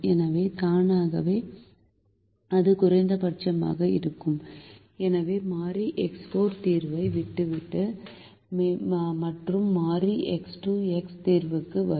எனவே தானாகவே அது குறைந்தபட்சமாக இருக்கும் எனவே மாறி X4 தீர்வை விட்டுவிடும் மற்றும் மாறி X2 x தீர்வுக்கு வரும்